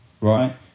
right